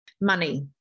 Money